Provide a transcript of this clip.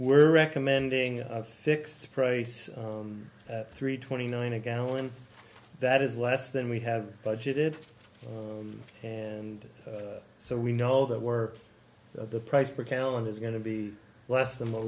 we're recommending a fixed price at three twenty nine a gallon that is less than we have budgeted and so we know that we're the price per gallon is going to be less than what